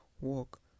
walk